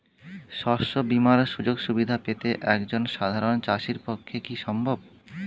শস্য বীমার সুযোগ সুবিধা পেতে একজন সাধারন চাষির পক্ষে কি সম্ভব?